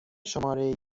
شماره